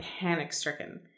panic-stricken